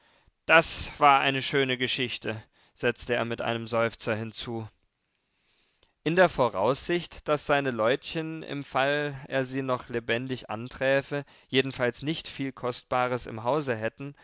das war eine schöne geschichte setzte er mit einem seufzer hinzu in der voraussicht daß seine leutchen im fall er sie noch lebendig anträfe jedenfalls nicht viel kostbares im hause hätten